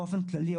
באופן כללי,